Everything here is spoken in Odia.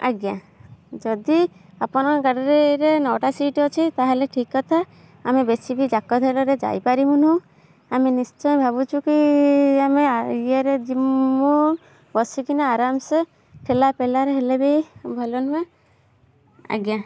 ଆଜ୍ଞା ଯଦି ଆପଣ ଗାଡ଼ିରେରେ ନଅଟା ସିଟ୍ ଅଛି ତା'ହେଲେ ଠିକ୍ କଥା ଆମେ ବେଶୀ ବି ଯାକଧରରେ ଯାଇ ପାରିବୁନି ଆମେ ନିଶ୍ଚୟ ଭାବୁଛୁ କି ଆମେ ଇଏରେ ଜିମୁଁ ବସିକିନି ଆରାମସେ ଠେଲାପେଲାରେ ହେଲେବି ଭଲ ନୁହେଁ ଆଜ୍ଞା